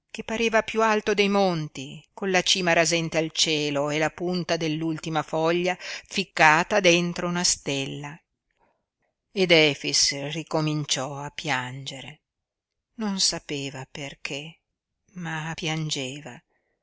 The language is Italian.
che pareva piú alto dei monti con la cima rasente al cielo e la punta dell'ultima foglia ficcata dentro una stella ed efix ricominciò a piangere non sapeva perché ma piangeva